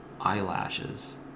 eyelashes